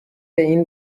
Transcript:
این